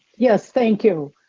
yes, thank you.